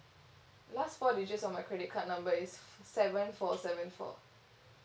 last four digits of my credit card number is seven four seven four